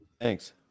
Thanks